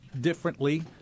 Differently